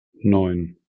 neun